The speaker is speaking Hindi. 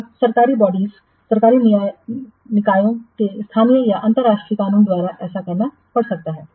और सरकारी निकायों को स्थानीय या अंतर्राष्ट्रीय कानून द्वारा ऐसा करना पड़ सकता है